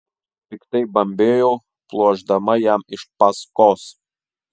piktai bambėjau pluošdama jam iš paskos